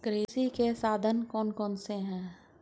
कृषि के साधन कौन कौन से हैं?